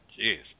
Jeez